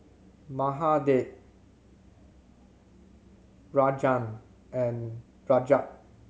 Mahade Rajan and Rajat